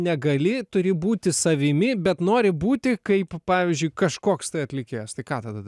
negali turi būti savimi bet nori būti kaip pavyzdžiui kažkoks tai atlikėjas tai ką tada daryt